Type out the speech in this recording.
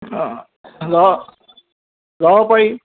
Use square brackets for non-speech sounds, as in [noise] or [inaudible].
অঁ অঁ [unintelligible] যাব পাৰি